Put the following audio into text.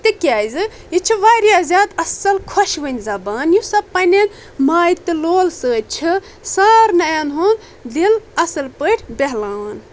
تِکیٛازِ یہِ چھِ واریاہ زیادٕ اصل خۄشوٕنۍ زبان یُس سۄ پننہِ ماے تہٕ لول سۭتۍ چھِ سارِنین ہُنٛد دِل اصل پٲٹھۍ بیٚہلاوان